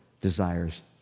desires